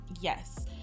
Yes